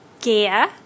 gear